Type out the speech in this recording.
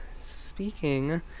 speaking